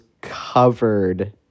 covered